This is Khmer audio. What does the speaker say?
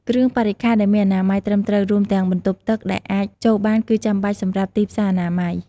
គ្រឿងបរិក្ខារដែលមានអនាម័យត្រឹមត្រូវ រួមទាំងបន្ទប់ទឹកដែលអាចចូលបានគឺចាំបាច់សម្រាប់ទីផ្សារអនាម័យ។